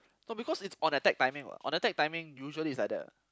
no because it's on attack timing what on attack timing usually it's like that